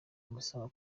amusanga